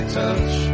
touch